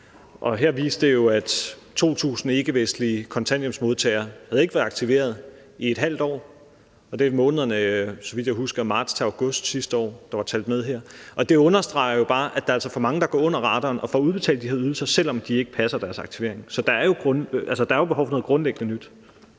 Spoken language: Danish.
den viste jo, at 2.000 ikkevestlige kontanthjælpsmodtagere ikke havde været aktiveret i et halvt år – og det var, så vidt jeg husker, månederne fra marts til august sidste år, der var talt med her. Og det understreger jo bare, at der altså er for mange, der går under radaren og får udbetalt de her ydelser, selv om de ikke passer deres aktivering. Så der er jo behov for noget grundlæggende nyt.